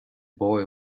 boy